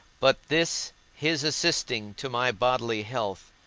but this his assisting to my bodily health,